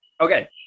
Okay